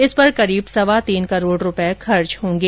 इस पर करीब सवा तीन करोड़ रूपए खर्च होंगे